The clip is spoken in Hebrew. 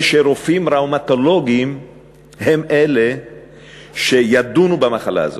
זה שרופאים ראומטולוגים הם שידונו במחלה הזאת,